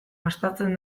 gastatzen